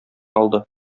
алды